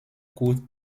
courte